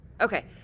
Okay